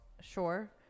Sure